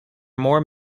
more